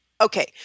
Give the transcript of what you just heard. Okay